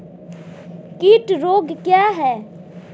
कीट रोग क्या है?